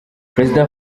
perezida